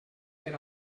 per